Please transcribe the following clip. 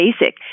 Basic